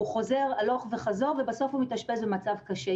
הוא חוזר הלוך וחזור, ובסוף הוא מתאשפז במצב קשה.